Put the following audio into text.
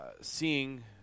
seeing